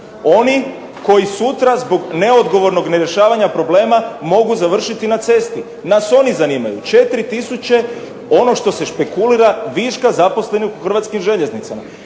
oni koji sutra zbog neodgovornog rješavanja problema mogu završiti na cesti. Nas oni zanimaju. 4 tisuće ono što se špekulira viška zaposlenih u Hrvatim željeznicama.